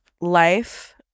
life